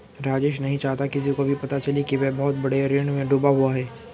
राजेश नहीं चाहता किसी को भी पता चले कि वह बहुत बड़े ऋण में डूबा हुआ है